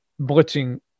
blitzing